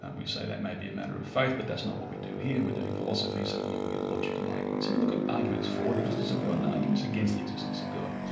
and we say that may be a matter of faith, but that's not what we do here, we're doing philosophy, so we're looking at logical arguments. so we look at arguments for the existence of god, and arguments against the existence of god.